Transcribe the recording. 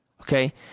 Okay